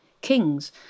kings